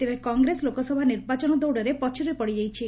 ତେବେ କଂଗ୍ରେସ ଲୋକସଭା ନିର୍ବାଚନ ଦୌଡରେ ପଛରେ ପଡିଯାଇଛି